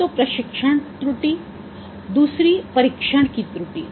एक तो प्रशिक्षण त्रुटि दूसरी परिक्षण की त्रुटि